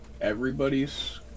everybody's